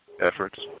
efforts